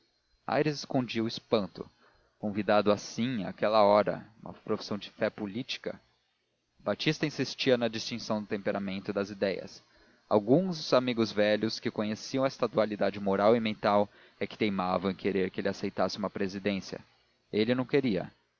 aires escondia o espanto convidado assim àquela hora uma profissão de fé política batista insistia na distinção do temperamento e das ideias alguns amigos velhos que conheciam esta dualidade moral e mental é que teimavam em querer que ele aceitasse uma presidência ele não queria